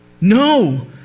no